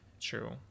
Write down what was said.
True